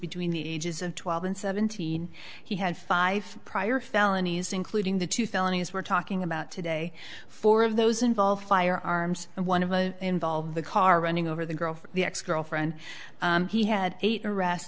between the ages of twelve and seventeen he had five prior felonies including the two felonies we're talking about today four of those involved firearms and one of a involve the car running over the girl from the ex girlfriend he had eight arrest